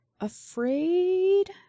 afraid